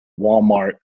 walmart